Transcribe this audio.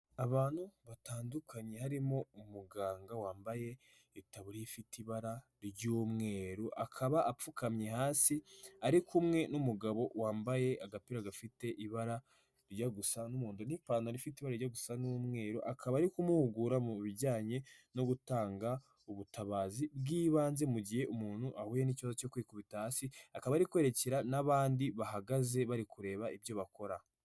Abantu batandukanye harimo umuganga wambaye itaburiya ifite ibara ry'umweru, akaba apfukamye hasi ari kumwe n'umugabo wambaye agapira gafite ibara rijya gusa n'umundo n'ipantaro ifite ibara rijya gusa n'umweru akaba ari kumuhugura mu bijyanye no gutanga ubutabazi bw'ibanze mu gihe umuntu ahuye n'ikibazo cyo kwikubita hasi akaba ari kwerekera n'abandi bahagaze bari kureba ibyo bakora.